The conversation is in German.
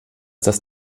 das